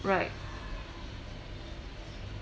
right